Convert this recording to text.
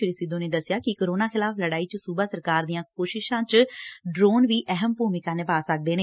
ਸ਼੍ੀ ਸਿੱਧੂ ਨੇ ਦੱਸਿਆ ਕਿ ਕੋਰੋਨਾ ਖਿਲਾਫ ਲੜਾਈ 'ਚ ਸੂਬਾ ਸਰਕਾਰ ਦੀਆਂ ਕੋਸ਼ਿਸ਼ਾਂ 'ਚ ਡਰੋਨ ਵੀ ਅਹਿਮ ਭੂਮਿਕਾ ਨਿਭਾ ਸਕਦੇ ਨੇ